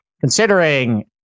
considering